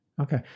Okay